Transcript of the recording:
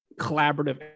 collaborative